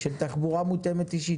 של תחבורה מותאמת אישית,